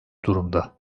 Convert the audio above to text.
durumda